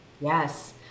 Yes